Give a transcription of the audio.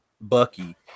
bucky